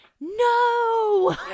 No